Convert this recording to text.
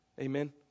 Amen